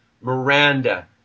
Miranda